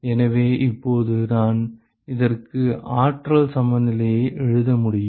எனவே இப்போது நான் இதற்கு ஆற்றல் சமநிலையை எழுத முடியும்